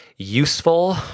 useful